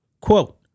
Quote